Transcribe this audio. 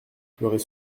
pleurer